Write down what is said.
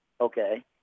okay